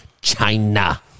China